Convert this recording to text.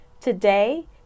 Today